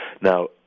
Now